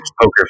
poker